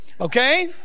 Okay